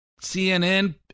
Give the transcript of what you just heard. CNN